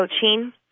coaching